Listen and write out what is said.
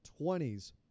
20s